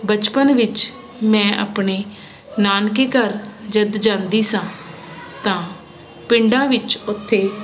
ਬਚਪਨ ਵਿੱਚ ਮੈਂ ਆਪਣੇ ਨਾਨਕੇ ਘਰ ਜਦ ਜਾਂਦੀ ਸਾਂ ਤਾਂ ਪਿੰਡਾਂ ਵਿੱਚ ਉੱਥੇ